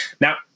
Now